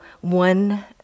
one